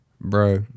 bro